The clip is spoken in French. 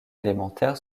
élémentaire